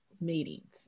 meetings